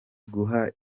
guha